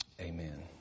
Amen